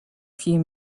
few